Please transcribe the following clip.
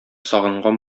сагынган